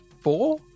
four